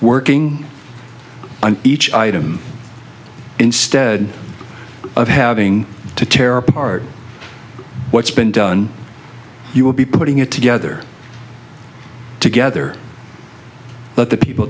working on each item instead of having to tear apart what's been done you will be putting it together together let the people